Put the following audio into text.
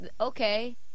okay –